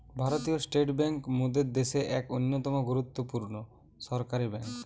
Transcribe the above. ভারতীয় state bank মোদের দ্যাশের এক অন্যতম গুরুত্বপূর্ণ সরকারি বেঙ্ক